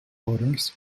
voters